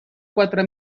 quatre